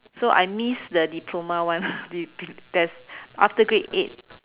so I miss the diploma one the the there's after grade eight